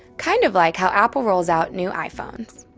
kind of like how apple rolls out new iphones.